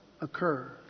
occur